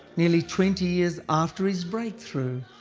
nearly twenty years after his breakthrough,